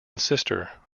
sister